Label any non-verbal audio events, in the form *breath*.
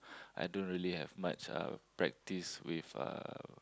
*breath* I don't really have much uh practice with uh